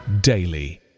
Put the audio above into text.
daily